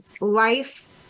life